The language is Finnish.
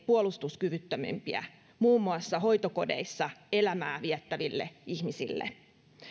puolustuskyvyttömimpiä muun muassa hoitokodeissa elämää viettäville ihmisille